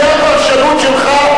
זו הפרשנות שלך,